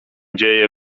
dzieje